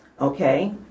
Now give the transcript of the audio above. okay